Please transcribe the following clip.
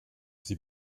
sie